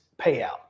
payout